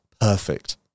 perfect